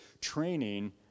training